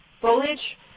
foliage